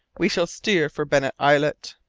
we shall steer for bennet islet.